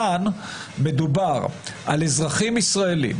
כאן מדובר על אזרחים ישראלים,